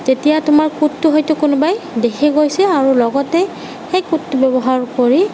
তেতিয়া তোমাৰ কোডটো হয়টো কোনোবাই দেখি গৈছে আৰু লগতে সেই কোডটো ব্যৱহাৰ কৰি